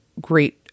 great